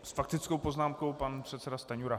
S faktickou poznámkou pan předseda Stanjura.